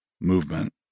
movement